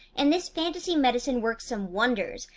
and this fantasy, medicine works some wonders.